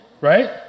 right